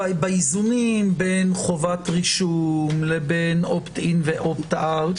באיזונים בין חובת רישום לבין opt-in ו-opt-out,